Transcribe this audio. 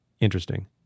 interesting